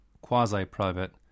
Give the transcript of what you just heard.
quasi-private